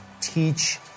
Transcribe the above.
teach